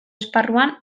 esparruan